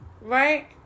Right